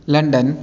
London